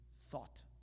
thought